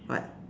what